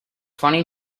funny